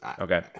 Okay